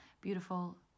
beautiful